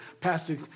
pastor